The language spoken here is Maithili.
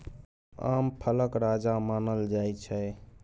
आम फलक राजा मानल जाइ छै